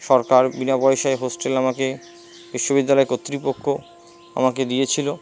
সরকার বিনা পয়সায় হোস্টেল আমাকে বিশ্ববিদ্যালয়ের কর্তৃপক্ষ আমাকে দিয়েছিলো